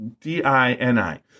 D-I-N-I